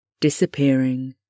disappearing